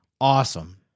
Awesome